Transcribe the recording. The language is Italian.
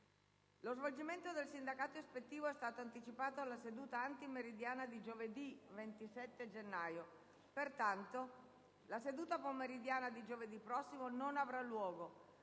Lo svolgimento del sindacato ispettivo è stato anticipato alla seduta antimeridiana di giovedì 27 gennaio. Pertanto la seduta pomeridiana di giovedì prossimo non avrà luogo,